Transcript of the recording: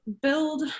build